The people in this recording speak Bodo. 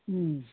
उम